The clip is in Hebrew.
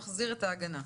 נחזיר את ההגנה.